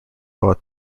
bought